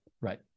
Right